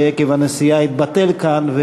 שעקב הנסיעה התבטל כאן,